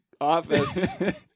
office